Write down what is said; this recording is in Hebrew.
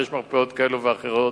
שיש מרפאות כאלו ואחרות,